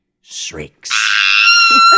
shrieks